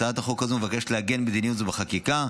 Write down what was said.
הצעת החוק הזו מבקשת לעגן מדיניות זו בחקיקה.